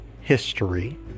history